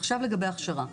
עכשיו לגבי הכשרה.